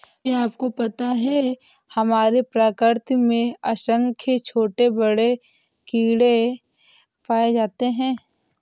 क्या आपको पता है हमारी प्रकृति में असंख्य छोटे बड़े कीड़े पाए जाते हैं?